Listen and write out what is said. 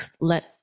let